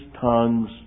tongues